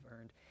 earned